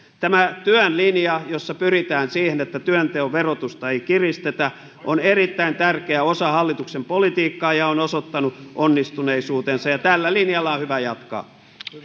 tämä työn linja jossa pyritään siihen että työnteon verotusta ei kiristetä on erittäin tärkeä osa hallituksen politiikkaa ja on osoittanut onnistuneisuutensa ja tällä linjalla on hyvä jatkaa